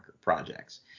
projects